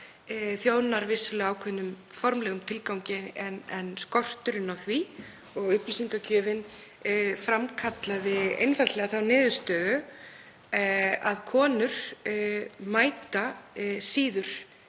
þjónar vissulega ákveðnum formlegum tilgangi en skorturinn á því og upplýsingagjöfin framkallaði einfaldlega þá niðurstöðu að konur mæta síður